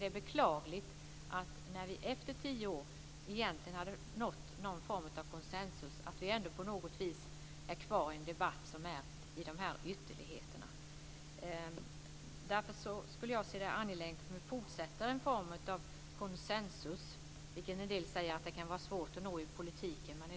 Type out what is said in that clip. Det är beklagligt att när vi efter tio år egentligen hade nått någon form av konsensus är vi ändå kvar i en debatt om dessa ytterligheter. Därför skulle jag se det som angeläget att fortsätta med en form av konsensus, vilket en del säger att det kan vara svårt att nå i politiken.